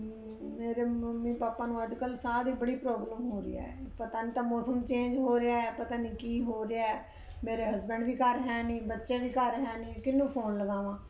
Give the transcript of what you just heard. ਮੇਰੇ mummy papa ਨੂੰ ਅੱਜ ਕੱਲ੍ਹ ਸਾਹ ਦੀ ਬੜੀ ਪ੍ਰੋਬਲਮ ਹੋ ਰਹੀ ਹੈ ਪਤਾ ਨਹੀਂ ਤਾਂ ਮੌਸਮ ਚੇਂਜ ਹੋ ਰਿਹਾ ਪਤਾ ਨਹੀਂ ਕੀ ਹੋ ਰਿਹਾ ਮੇਰੇ ਹਸਬੈਂਡ ਵੀ ਘਰ ਹੈ ਨਹੀਂ ਬੱਚੇ ਵੀ ਘਰ ਹੈ ਨਹੀਂ ਕਿਹਨੂੰ ਫੋਨ ਲਗਾਵਾਂ